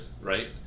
right